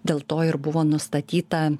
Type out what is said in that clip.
dėl to ir buvo nustatyta